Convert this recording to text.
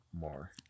more